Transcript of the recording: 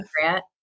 Grant